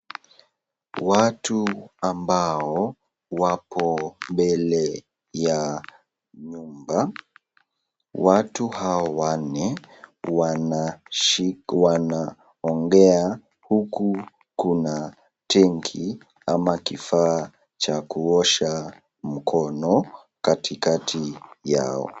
Watu ambao wapo mbele ya nyumba. Watu hawa wanne wanaongea huku kuna tenki ama kifaa cha kuosha mkono katikati yao.